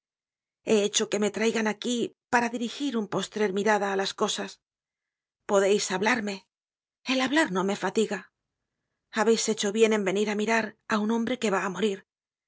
he hecho que me traigan aquí para dirigir una postrer mirada á las cosas podeis hablarme el hablar no me fatiga habeis hecho bien en venir á mirar á un hombre que u á morir